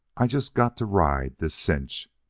i just got to ride this cinch,